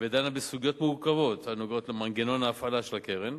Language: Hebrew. ודנה בסוגיות מורכבות הנוגעות למנגנון ההפעלה של הקרן,